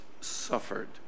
suffered